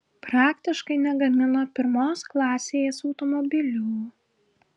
praktiškai negamino pirmos klasės automobilių